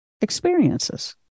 experiences